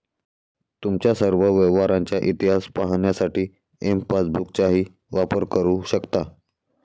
तुमच्या सर्व व्यवहारांचा इतिहास पाहण्यासाठी तुम्ही एम पासबुकचाही वापर करू शकता